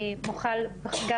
אם אפשר לקרוא לזה כך.